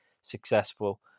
successful